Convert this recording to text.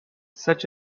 such